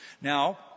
Now